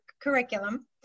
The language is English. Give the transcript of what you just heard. curriculum